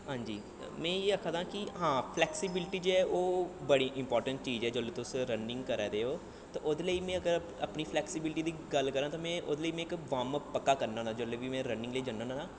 हां जी में इ'यै आक्खा दा कि हां फलैक्सिबिलटी जे ऐ ओह् बड़ी इंपार्टेंट चीज ऐ जिसलै तुस रनिंग करा दे ओ ते ओह्दे लेई में अपनी फलैक्सिबिल्टी दी गल्ल करां ते में ओह्दे लेई में इक वार्मअप पक्का करना होन्ना जिसलै बी में रनिंग लेई जन्ना होन्ना ना